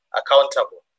accountable